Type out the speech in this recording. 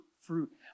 fruit